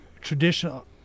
traditional